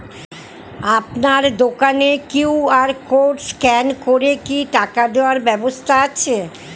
আপনার দোকানে QR code scan করে কি টাকা দেওয়ার ব্যবস্থা আছে?